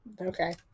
Okay